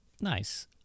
Nice